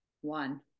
one